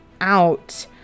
out